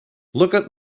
lookout